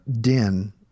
den